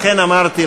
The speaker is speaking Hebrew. לכן אמרתי,